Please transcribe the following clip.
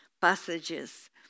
passages